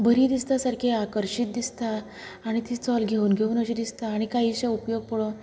बरी दिसता सारकी आकर्शीत दिसता आनी ती चल घेवूं घेवूं दिसता आनी कांय तेचे उपयोग पळोवन